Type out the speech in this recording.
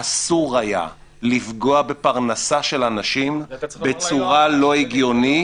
אסור היה לפגוע בפרנסה של אנשים בצורה לא הגיונית,